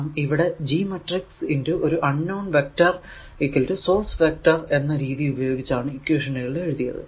നാം ഇവിടെ G matrix x ഒരു unknown vector source vector എന്ന രീതി ഉപയോഗിച്ചാണ് ഇക്വേഷനുകൾ എഴുതിയത്